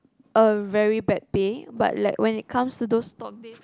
a very bad pay but like when it comes to those top pay